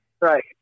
Right